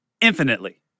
infinitely